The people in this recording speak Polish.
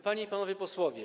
Panie i Panowie Posłowie!